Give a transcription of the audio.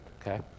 okay